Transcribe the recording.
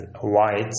white